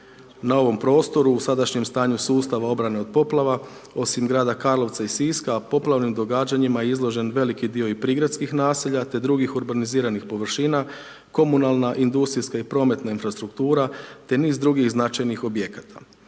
Na ovom prostoru, u sadašnjem stanju sustava obrane od poplava, osim grada Karlovca i Siska, a poplavnim događajima izložen i veliki dio prigradskih naselja, te drugih urbaniziranih površina, komunalna, industrijska i prometna infrastruktura, te niz drugih značajnih objekata.